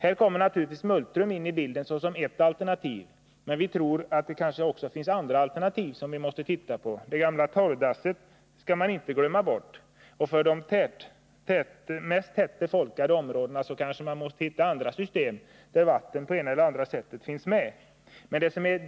Här kommer naturligtvis multrum in i bilden som ett alternativ, men vi tror att det också kan finnas andra alternativ som vi måste undersöka. Det gamla torrdasset skall man inte glömma bort, och för de mest tätbefolkade områdena måste man kanske komma fram till andra system där vatten finns med på det ena eller andra sättet.